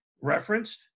referenced